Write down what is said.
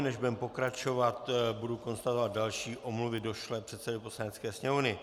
Než budeme pokračovat, budu konstatovat další omluvy došlé předsedovi Poslanecké sněmovny.